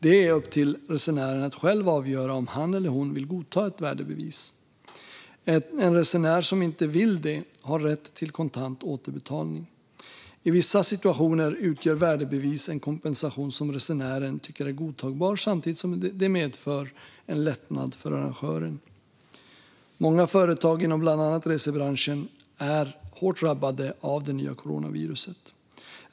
Det är upp till resenären att själv avgöra om han eller hon vill godta ett värdebevis. En resenär som inte vill det har rätt till kontant återbetalning. I vissa situationer utgör värdebevis en kompensation som resenären tycker är godtagbar samtidigt som det medför en lättnad för arrangören. Många företag inom bland annat resebranschen är hårt drabbade av det nya coronaviruset.